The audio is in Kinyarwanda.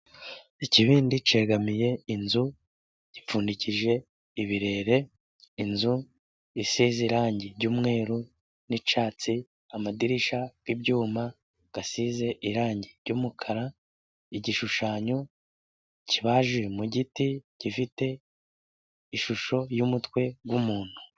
Ikibindi cyegamiye inzu, gipfundikije ibirere. Inzu isize irangi ry'umweru n'icyatsi, amadirishya y'ibyuma asize irangi ry'umukara, igishushanyo kibajwe mu giti gifite ishusho y'umutwe w'umuntu.